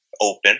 open